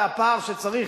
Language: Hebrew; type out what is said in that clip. והפער שצריך,